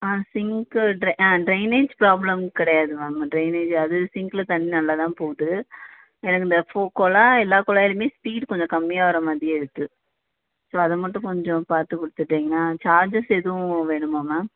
ஆ சிங்க்கு ஆ drainage problem கிடையாது மேம் ட்ரைனேஜ் அது சிங்க்கில் தண்ணி நல்லா தான் போகுது எனக்கு அந்த கொழா எல்லா கொழாயிலையுமே ஸ்பீட் கொஞ்சம் கம்மியாக வர மாதிரியே இருக்குது ஸோ அதை மட்டும் கொஞ்சம் பார்த்து கொடுத்துட்டிங்கன்னா சார்ஜஸ் எதுவும் வேணுமா மேம்